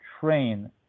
train